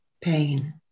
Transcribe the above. pain